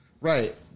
Right